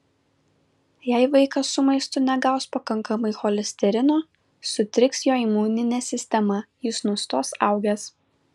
jei vaikas su maistu negaus pakankamai cholesterino sutriks jo imuninė sistema jis nustos augęs